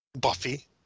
Buffy